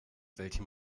welchem